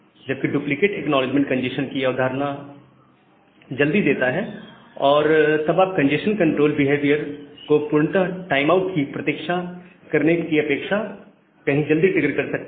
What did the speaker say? जबकि duplicate acknowledgement congestion की अवधारणा जल्दी देता है और तब आप कंजेस्शन कंट्रोल बिहेवियर को पूर्णत टाइमआउट की प्रतीक्षा करने की अपेक्षा कहीं जल्दी ट्रिगर कर सकते हैं